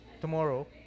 tomorrow